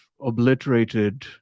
obliterated